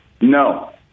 No